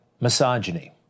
misogyny